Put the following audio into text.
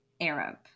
Arab